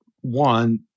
one